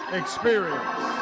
experience